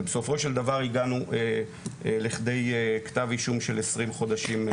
ובסופו של דבר הגענו לכדי כתב אישום של 20 חודשים.